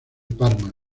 parma